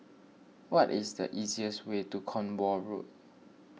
what is the easiest way to Cornwall Road